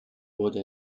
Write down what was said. wurde